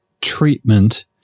treatment